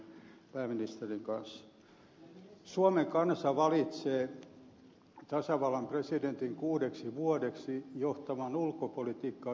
suomen kansa valitsee tasavallan presidentin kuudeksi vuodeksi johtamaan ulkopolitiikkaa yhteistoiminnassa valtioneuvoston kanssa